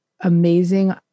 amazing